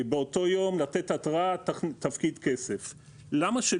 באותו יום יש התראה האומרת שהוא יפקיד כסף.